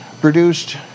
produced